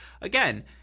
again